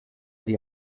die